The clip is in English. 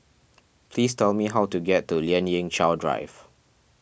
please tell me how to get to Lien Ying Chow Drive